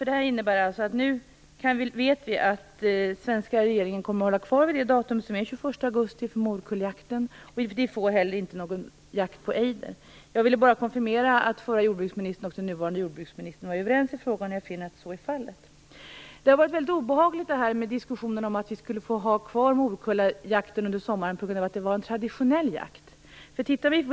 Det innebär att vi nu vet att den svenska regeringen kommer att hålla fast vid datumet den 21 augusti för morkulljakten, och att vi inte heller får någon jakt på ejder. Jag ville bara konfirmera att den förra och den nuvarande jordbruksministern är överens i frågan, och jag finner att så är fallet. Diskussionen om att vi skulle ha kvar morkulljakten under sommaren på grund av att det är en traditionell jakt har varit mycket obehaglig.